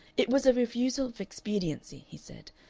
it was a refusal of expediency, he said,